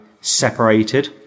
separated